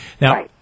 Now